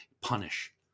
punish